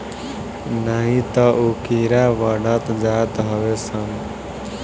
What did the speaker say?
नाही तअ उ कीड़ा बढ़त जात हवे सन